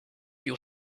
your